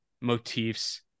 motifs